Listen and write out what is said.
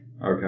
Okay